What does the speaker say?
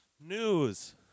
news